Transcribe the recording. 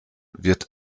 wird